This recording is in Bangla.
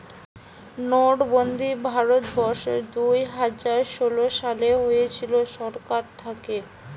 নোটবন্দি ভারত বর্ষে দুইহাজার ষোলো সালে হয়েছিল সরকার থাকে